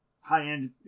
high-end